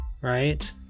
right